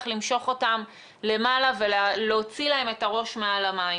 למשוך אותם למעלה ולהוציא להם את הראש מעל המים.